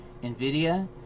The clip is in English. nvidia